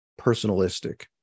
personalistic